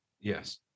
Yes